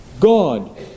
God